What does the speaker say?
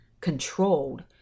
controlled